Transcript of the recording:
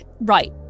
Right